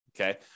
okay